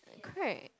uh correct